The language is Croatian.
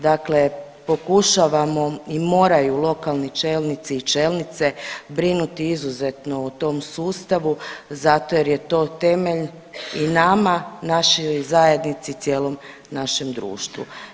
Dakle pokušavamo i moraju lokalni čelnici i čelnice brinuti izuzetno o tom sustavu zato jer je to temelj i nama i našoj zajednici i cijelom našem društvu.